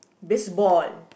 baseball